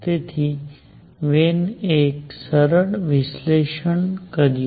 તેથી વેન એ એક સરળ વિશ્લેષણ કર્યું